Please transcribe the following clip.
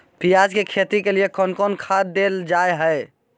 प्याज के खेती के लिए कौन खाद देल जा हाय?